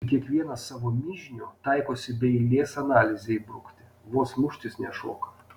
ir kiekvienas savo mižnių taikosi be eilės analizei įbrukti vos muštis nešoka